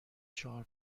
چهار